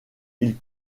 ils